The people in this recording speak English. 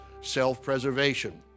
self-preservation